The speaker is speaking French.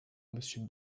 monsieur